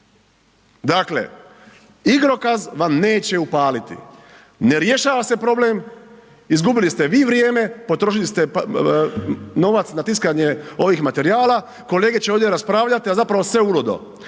Dakle, igrokaz vam neće upaliti. Ne rješava se problem, izgubili ste vi vrijeme, potrošili ste novac na tiskanje ovih materijala, kolege će ovdje raspravljati, a zapravo sve uludo,